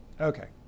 Okay